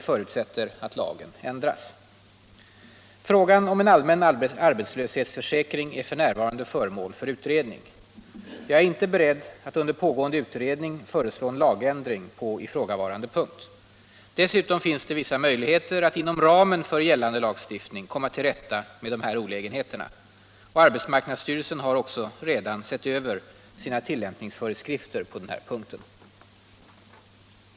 Problemet skulle kunna lösas om de berörda erkända arbetslöshetskassorna gavs dispens för att ersätta samtliga dagar som kassamedlemmar varit arbetslösa i samband med korttidsvecka eller driftinskränkning. Avser statsrådet att, med beaktande av den nu rådande konjunktursituationen, lägga fram förslag om att de berörda erkända arbetslöshetskassorna ges dispens för att ersätta samtliga dagar i samband med korttidsvecka eller driftinskränkning?